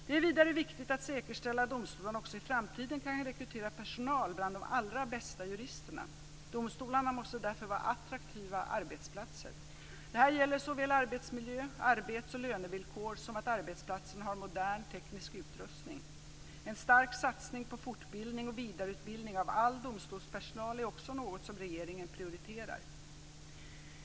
Det är vidare viktigt att säkerställa att domstolarna också i framtiden kan rekrytera personal bland de allra bästa juristerna. Domstolarna måste därför vara attraktiva arbetsplatser. Det gäller såväl arbetsmiljö, arbets och lönevillkor som att arbetsplatsen har modern teknisk utrustning. En stark satsning på fortbildning och vidareutbildning av all domstolspersonal är också något som regeringen prioriterar.